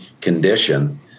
condition